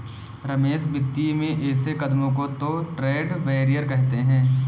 रमेश वित्तीय में ऐसे कदमों को तो ट्रेड बैरियर कहते हैं